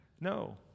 No